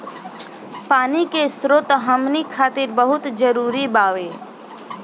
पानी के स्रोत हमनी खातीर बहुत जरूरी बावे